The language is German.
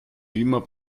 beamer